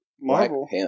Marvel